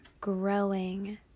growing